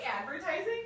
advertising